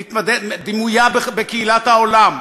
דימויה בקהילת העולם.